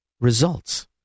results